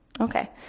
Okay